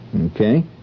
Okay